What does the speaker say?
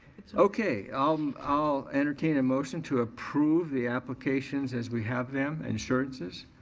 okay. i'll i'll entertain a motion to approve the applications as we have them and assurances.